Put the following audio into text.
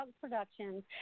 Productions